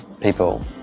people